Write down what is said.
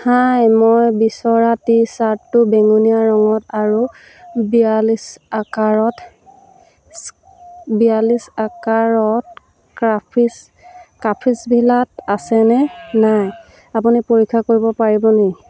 হাই মই বিচৰা টি শ্বাৰ্টটো বেঙুনীয়া ৰঙত আৰু বিয়াল্লিছ আকাৰত বিয়াল্লিছ আকাৰত ক্ৰাফিছ ক্ৰাফিছভিলাত আছে নে নাই আপুনি পৰীক্ষা কৰিব পাৰিব নি